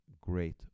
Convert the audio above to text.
great